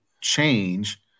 change